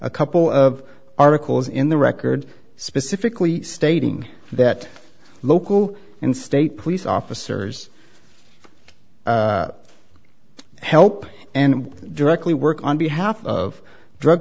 a couple of articles in the record specifically stating that local and state police officers help and directly work on behalf of drug